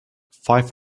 five